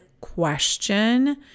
question